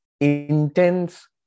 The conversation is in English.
Intense